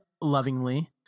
lovingly